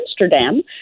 Amsterdam